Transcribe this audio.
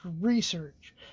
research